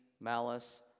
malice